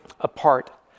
apart